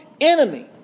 enemy